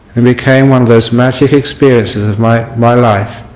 it became one of those magic experiences of my my life